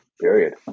period